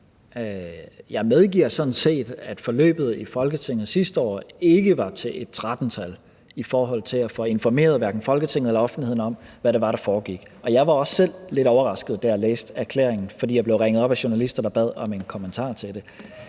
Jeg medgiver sådan set, at forløbet i Folketinget sidste år ikke var til et 13-tal i forhold til at få informeret Folketinget eller offentligheden om, hvad det var, der foregik. Og jeg var også selv lidt overrasket, da jeg læste erklæringen, for jeg blev ringet op af journalister, der bad om en kommentar til det.